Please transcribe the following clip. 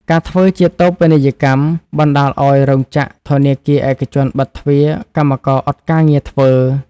ការធ្វើជាតូបនីយកម្ម បណ្តាលឲ្យរោងចក្រ ធនាគារឯកជនបិតទ្វារកម្មករអត់ការងារធ្វើ។